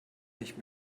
nicht